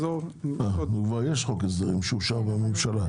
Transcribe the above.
כבר יש חוק הסדרים שאושר בממשלה.